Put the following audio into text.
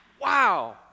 wow